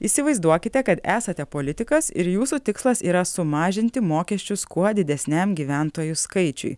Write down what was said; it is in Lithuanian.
įsivaizduokite kad esate politikas ir jūsų tikslas yra sumažinti mokesčius kuo didesniam gyventojų skaičiui